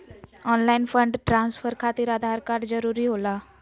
Online fund transfer खातिर Aadhaar card जरूरी होला?